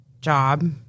job